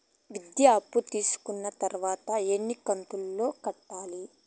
విద్య అప్పు తీసుకున్న తర్వాత ఎన్ని కంతుల లో కట్టాలి?